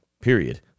period